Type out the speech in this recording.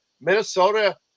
Minnesota –